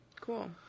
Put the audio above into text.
Cool